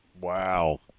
Wow